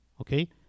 okay